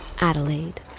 Adelaide